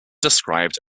described